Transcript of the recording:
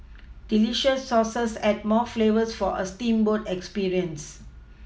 delicious sauces add more flavours for a steamboat experience